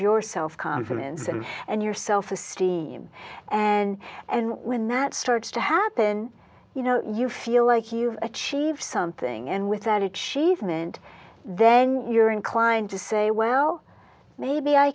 your self confidence and and your self esteem and and when that starts to happen you know you feel like you've achieved something and with that achievement then you're inclined to say well maybe i